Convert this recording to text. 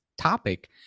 topic